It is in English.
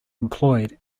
employed